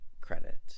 credit